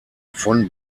von